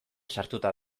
sartuta